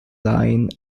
line